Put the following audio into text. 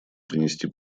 принести